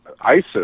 Isis